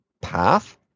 path